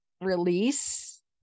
release